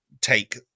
take